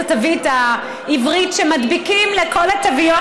התוויות העברית שמדביקים לכל התוויות?